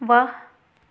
ਵਾਹ